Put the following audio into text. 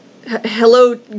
Hello